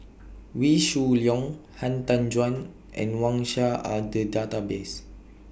Wee Shoo Leong Han Tan Juan and Wang Sha Are Data Base